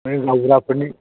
बे गावबुराफोरनि